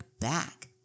back